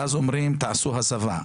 ואז אומרים תעשו הסבה.